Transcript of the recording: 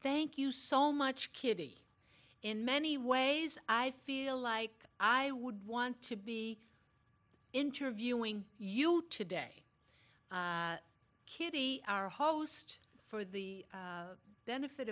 thank you so much kitty in many ways i feel like i would want to be interviewing you today kitty our host for the benefit